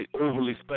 overly